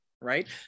right